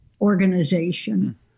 organization